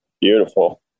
beautiful